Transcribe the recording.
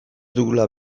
dugula